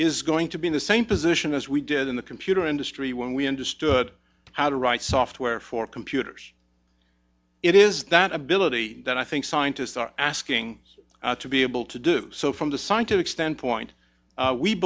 is going to be in the same position as we did in the computer industry when we understood how to write software for computers it is that ability that i think scientists are asking to be able to do so from the scientific standpoint